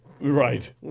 Right